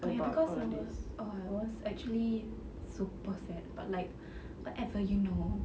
oh ya cause I was oh I was actually super sad but like whatever you know